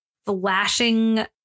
flashing